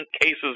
cases